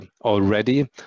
already